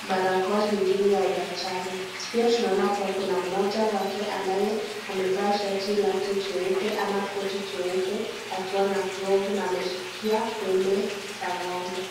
barakoa nyingine ya udaktari. Pia tunaona kuwa kuna mmoja wake ambaye amevaa shati lake jeupe ama koti jeupe akiwa na glovu na ameshikia pembe za ng'ombe.